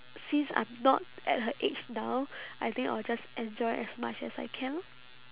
since I'm not at her age now I think I'll just enjoy as much as I can lor